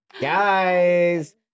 guys